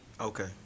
Okay